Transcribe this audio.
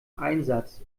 einsatz